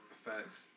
Facts